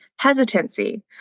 hesitancy